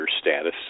status